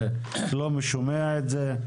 שלומי שומע את זה.